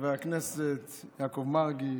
חבר הכנסת יעקב מרגי,